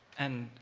and,